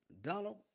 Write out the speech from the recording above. Donald